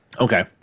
Okay